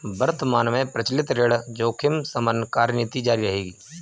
वर्तमान में प्रचलित ऋण जोखिम शमन कार्यनीति जारी रहेगी